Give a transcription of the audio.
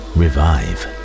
revive